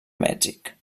mèxic